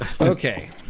Okay